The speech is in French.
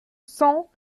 cent